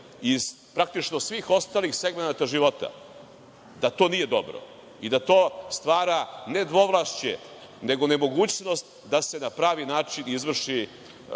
iz praktično svih ostalih segmenata života, da to nije dobro i da to stvara, ne dvovlašće, nego nemogućnost da se na pravi način izvrši